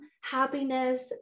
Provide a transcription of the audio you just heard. happiness